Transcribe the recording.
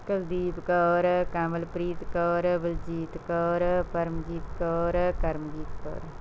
Kuldeep Kaur Kamalpreet Kaur Baljit Kaur Paramjit Kaur Karamjit Kaur